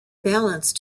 balance